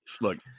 look